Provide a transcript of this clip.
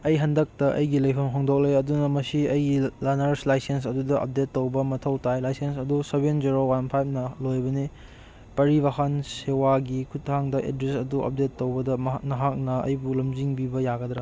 ꯑꯩ ꯍꯟꯗꯛꯇ ꯑꯩꯒꯤ ꯂꯩꯐꯝ ꯍꯣꯡꯗꯣꯛꯂꯦ ꯑꯗꯨꯅ ꯃꯁꯤ ꯑꯩꯒꯤ ꯂꯔꯅꯔꯁ ꯂꯥꯏꯁꯦꯟꯁ ꯑꯗꯨꯗ ꯑꯞꯗꯦꯠ ꯇꯧꯕ ꯃꯊꯧ ꯇꯥꯏ ꯂꯥꯏꯁꯦꯟꯁ ꯑꯗꯨ ꯁꯕꯦꯟ ꯖꯦꯔꯣ ꯋꯥꯟ ꯐꯥꯏꯚꯅ ꯂꯣꯏꯕꯅꯤ ꯄꯔꯤꯕꯥꯍꯟ ꯁꯤꯋꯥꯒꯤ ꯈꯨꯊꯥꯡꯗ ꯑꯦꯗ꯭ꯔꯦꯁ ꯑꯗꯨ ꯑꯞꯗꯦꯠ ꯇꯧꯕꯗ ꯅꯍꯥꯛꯅ ꯑꯩꯕꯨ ꯂꯝꯖꯤꯡꯕꯤꯕ ꯌꯥꯒꯗ꯭ꯔ